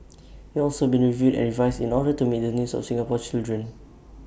IT also been reviewed and revised in order to meet the needs of Singaporean children